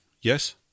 Yes